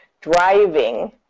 driving